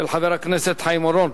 של חבר הכנסת חיים אורון.